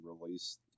released